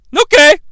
Okay